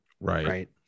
Right